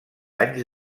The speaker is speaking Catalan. anys